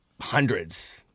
hundreds